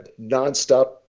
nonstop